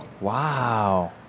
Wow